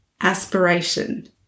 aspiration